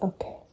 Okay